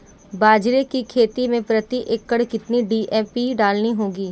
बाजरे की खेती में प्रति एकड़ कितनी डी.ए.पी डालनी होगी?